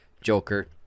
Joker